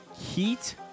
Heat